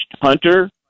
Hunter